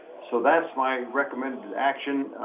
so that's my recommended action